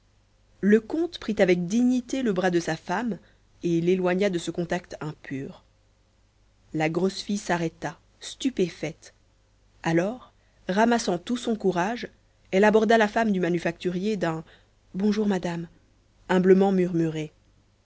le comte prit avec dignité le bras de sa femme et l'éloigna de ce contact impur la grosse fille s'arrêta stupéfaite alors ramassant tout son courage elle aborda la femme du manufacturier d'un bonjour madame humblement murmuré